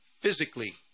physically